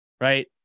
right